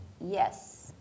Yes